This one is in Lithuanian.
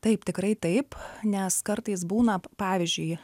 taip tikrai taip nes kartais būna pavyzdžiui